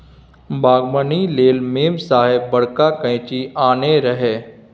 बागबानी लेल मेम साहेब बड़का कैंची आनने रहय